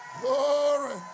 glory